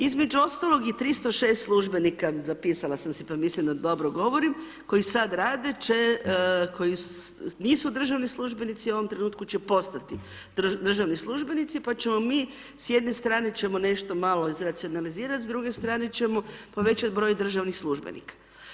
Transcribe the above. Između ostaloga i 306 službenika, zapisala sam si, pa mislim da dobro govorim, koji sada rade će, koji nisu državni službenici, u ovom trenutku će postati državni službenici, pa ćemo mi, s jedne strane ćemo nešto malo iz racionalizirati, s druge strane ćemo povećati broj državnih službenika.